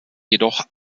jedoch